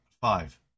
Five